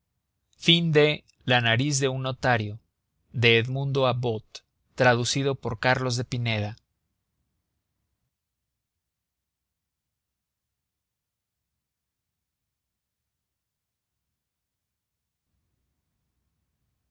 la nariz de un notario traducción de carlos de